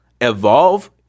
evolve